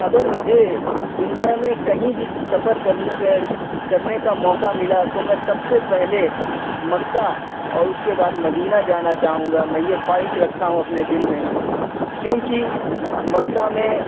اگر مجھے دنیا میں کہیں بھی سفر کرنے کرنے کا موقع ملا تو میں سب سے پہلے مکہ اور اس کے بعد مدینہ جانا چاہوں گا میں یہ خواہش رکھتا ہوں اپنے دل میں کیونکہ مکہ میں